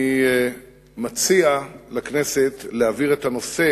אני מציע לכנסת להעביר את הנושא